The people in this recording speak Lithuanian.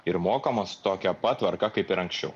ir mokamos tokia pat tvarka kaip ir anksčiau